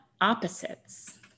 opposites